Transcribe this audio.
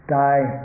die